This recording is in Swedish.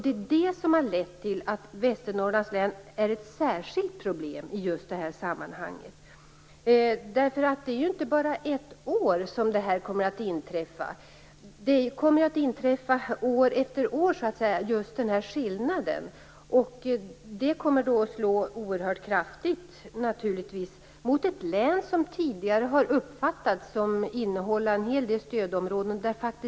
Det är det som har lett till att Västernorrlands län är ett särskilt problem i det här sammanhanget. Det är ju inte bara ett år som det här kommer att inträffa. Detta med den här skillnaden kommer att inträffa år efter år. Det kommer naturligtvis att slå oerhört kraftigt mot ett län som tidigare har uppfattats som innehållande en hel del stödområden.